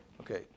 Okay